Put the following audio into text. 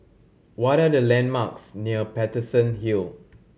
what are the landmarks near Paterson Hill